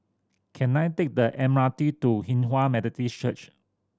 can I take the M R T to Hinghwa Methodist Church